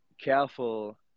careful